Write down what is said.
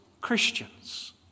Christians